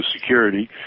Security